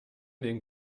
den